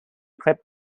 crypt